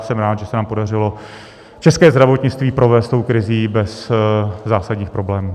Jsem rád, že se nám podařilo české zdravotnictví provést tou krizí bez zásadních problémů.